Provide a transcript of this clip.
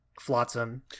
Flotsam